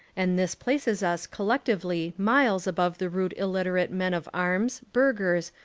and this places us collectively miles above the rude il literate men of arms, burghers,